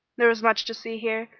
there was much to see here,